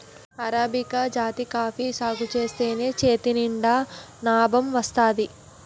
arabica జాతి coffee సాగుజేత్తేనే చేతినిండా నాబం వత్తాది